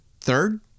third